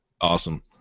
Awesome